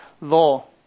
law